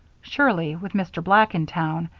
surely, with mr. black in town,